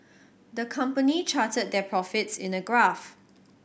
the company charted their profits in a graph